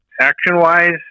Action-wise